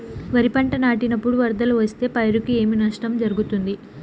వరిపంట నాటినపుడు వరదలు వస్తే పైరుకు ఏమి నష్టం జరుగుతుంది?